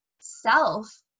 self